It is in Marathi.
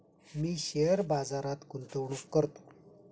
मी शेअर बाजारात गुंतवणूक करतो